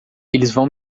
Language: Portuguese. vão